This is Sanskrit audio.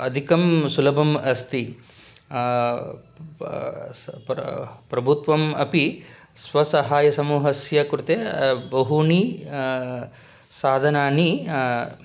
अदिकं सुलभम् अस्ति प स प्र प्रभुत्वम् अपि स्वसहायसमूहस्य कृते बहूनि साधनानि